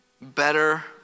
Better